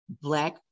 Black